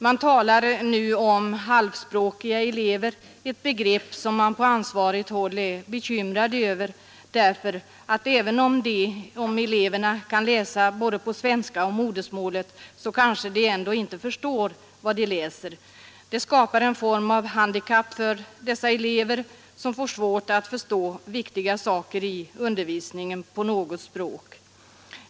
Man talar nu om halvspråkiga elever — ett begrepp som man på ansvarigt håll är bekymrad över därför att även om eleverna kan läsa både på svenska och på modersmålet kanske de inte förstår vad de läser. Det skapar en form av handikapp för dessa elever, som får svårt att på något språk förstå viktiga saker i undervisningen.